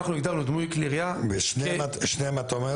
אנחנו הגדרנו דמוי כלי ירייה --- בשניהם אתה אומר